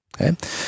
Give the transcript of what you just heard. okay